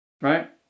right